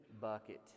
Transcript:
bucket